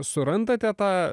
surandate tą